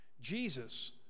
Jesus